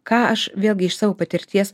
ką aš vėlgi iš savo patirties